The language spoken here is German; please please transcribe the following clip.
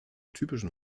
typischen